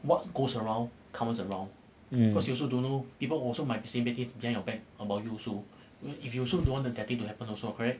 what goes around comes around cause you also don't know people also might say things behind your back also if you also don't want that thing to happen also correct